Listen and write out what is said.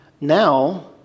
Now